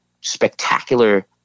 spectacular